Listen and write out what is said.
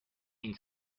mean